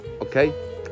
Okay